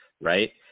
right